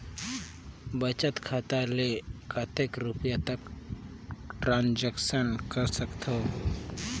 बचत खाता ले कतेक रुपिया तक ट्रांजेक्शन कर सकथव?